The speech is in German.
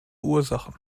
ursachen